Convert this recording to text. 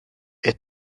est